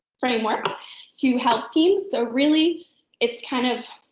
framework to help teams. so really it's kind of